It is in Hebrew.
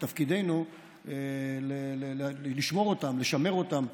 ותפקידנו לשמור אותם ולשמר אותם.